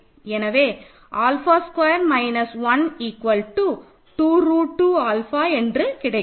எனவே alpha square minus 1 2 root 2 alpha என்று கிடைக்கும்